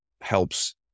helps